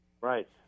Right